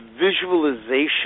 visualization